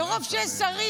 מרוב שיש שרים,